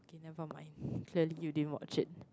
nevermind clearly you didn't watch it